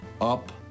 up